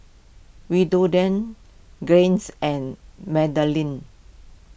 Willodean Gaines and Madalynn